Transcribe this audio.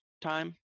time